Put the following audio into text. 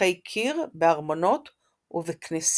בשטיחי קיר, בארמונות ובכנסיות.